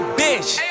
bitch